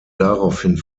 daraufhin